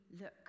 look